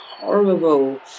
horrible